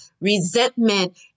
Resentment